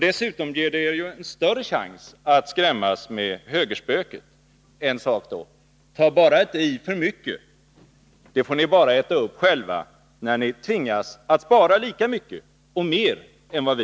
Dessutom ger det er ju en större chans att skrämmas med högerspöket. En sak dock: Ta inte i för mycket — det får ni bara äta upp själva när ni tvingas att spara lika mycket som eller mer än vad vi